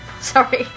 Sorry